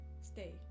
stay